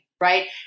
Right